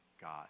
God